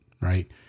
Right